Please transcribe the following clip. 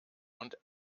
und